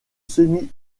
semi